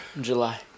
July